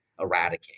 eradicate